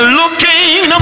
looking